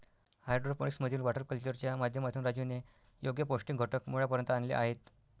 hydroponics मधील water कल्चरच्या माध्यमातून राजूने योग्य पौष्टिक घटक मुळापर्यंत आणले आहेत